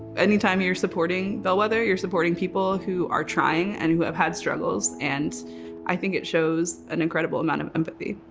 anytime you're supporting bellwether, you're supporting people who are trying and who have had struggles, and i think it shows an incredible amount of empathy.